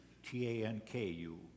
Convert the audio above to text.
T-A-N-K-U